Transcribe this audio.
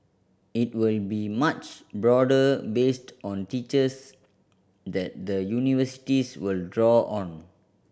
it will be much broader based on teachers that the universities will draw on